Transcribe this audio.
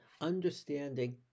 understanding